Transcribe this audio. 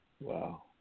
Wow